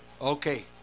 okay